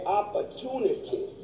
opportunity